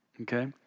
okay